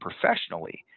professionally